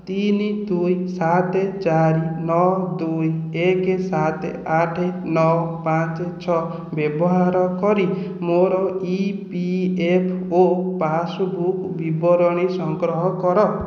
ତିନି ଦୁଇ ସାତ ଚାରି ନଅ ଦୁଇ ଏକ ସାତ ଆଠ ନଅ ପାଞ୍ଚ ଛଅ ବ୍ୟବହାର କରି ମୋର ଇ ପି ଏଫ୍ ଓ ପାସ୍ବୁକ୍ ବିବରଣୀ ସଂଗ୍ରହ କର